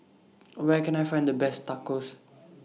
Where Can I Find The Best Tacos